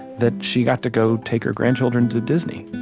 that she got to go take her grandchildren to disney